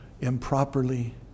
improperly